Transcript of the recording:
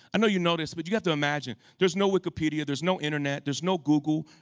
i know you know this, but you have to imagine there's no wikipedia, there's no internet, there's no google,